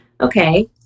okay